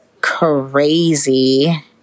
crazy